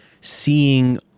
seeing